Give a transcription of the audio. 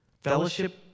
Fellowship